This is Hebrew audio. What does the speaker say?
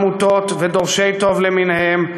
עמותות ודורשי טוב למיניהם,